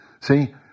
See